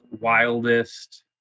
wildest